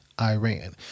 Iran